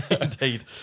Indeed